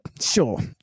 sure